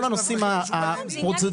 כל הנושאים הפרוצדורליים,